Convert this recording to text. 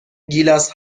گیلاس